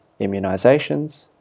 immunisations